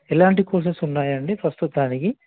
ఎలాంటి కోర్సెస్ ఉన్నాయి అండి ప్రస్తుతానికి